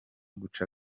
guca